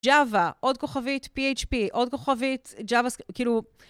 גא'ווה, עוד כוכבית PHP, עוד כוכבית גא'ווה סקריפט, כאילו...